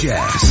Jazz